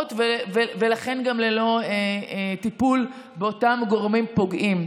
הרשעות ולכן גם ללא טיפול באותם גורמים פוגעים.